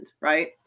right